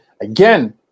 Again